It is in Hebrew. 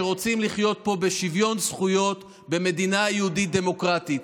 שרוצים לחיות פה בשוויון זכויות במדינה יהודית דמוקרטית.